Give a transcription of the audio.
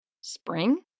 Spring